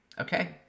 okay